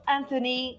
Anthony